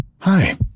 Hi